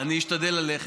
ואני אשתדל ללכת.